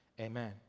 Amen